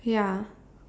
ya